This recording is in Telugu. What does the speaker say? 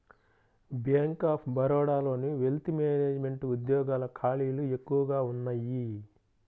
బ్యేంక్ ఆఫ్ బరోడాలోని వెల్త్ మేనెజమెంట్ ఉద్యోగాల ఖాళీలు ఎక్కువగా ఉన్నయ్యి